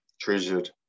treasured